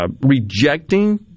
rejecting